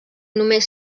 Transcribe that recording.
només